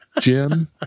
jim